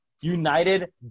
United